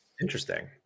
interesting